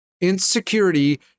Insecurity